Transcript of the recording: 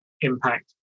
impact